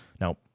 Now